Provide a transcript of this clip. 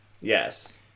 Yes